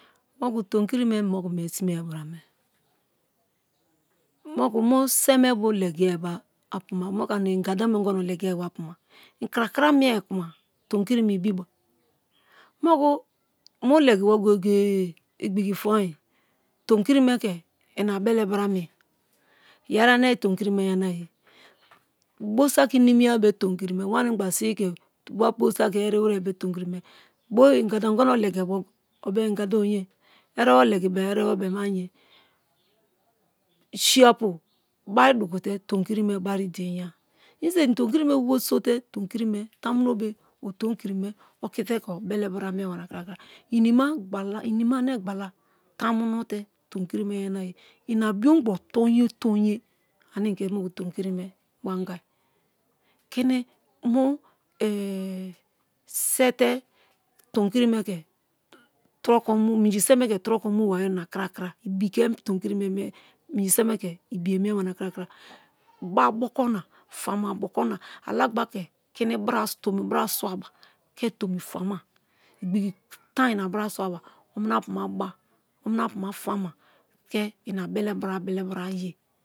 Moku tomi̠ki̠ki̠ me moku mie sime bra me̠ moku mu̠ se̠ mebo legiabo apuma moku ani in̄gada me bo legia apuma i̠ kra kra mie kuma tomikiri me ibiba. moku mu legibo goye-goye igbiki foin tomikiri me ke i̠na'bele bra mie yeri ane tomi ki̠ri̠ me yanaye bo̠ saki nimi bo tomikiri me wanigba siwi ke wa bo saki eriwe bo tomikiri me bo i̠ngada ongono kgibo obe-em ingada onye. erebo legibem erebo beim a ye̠ si̠ apu bari duku te tomi̠ kiri bari deinya instead i tomi kiri̠ me wori sote tamunobe o tomi kiri me okite. ke obelebra mi̠e ba nakrakra inima gbala inima ane gbala tam uno te tomi̠ki̠ri̠ me yanaye. i̠ na biongbo tonye ane i̠ ke̠ moku tomikiri me bo anga ki̠ni̠ bo sete tomikiri ke turokomu minji se̠ me ke turoko mu bai na krakra ibike tomikiri me mie minjise me ke ibi̠yemi̠e ba nakrakra ba boko. fama boko. alagba ke̠ ki̠ni̠ bra tomi bra swaba ke tomi fama igbi̠ki̠ tan i na bra swaba mina-puma ba o mina-puma fama ke ma be̠le̠-bra be̠le̠-bra ye